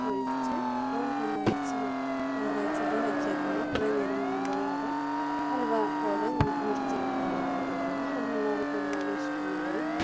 ഒഴിച്ചു റൂം ടെമ്പറേച്ചറിൽ വെ ടെമ്പറേച്ചറിൽ വെച്ചേക്കുമ്പോൾ കുറെ നേരം കഴിയുമ്പോഴത് ഹലുവ പോലെ നമുക്ക് മുറിച്ചെടുക്കാൻ പറ്റുന്നതാണ് അത് എല്ലാർക്കും ഒരുപാട് ഇഷ്ടമായി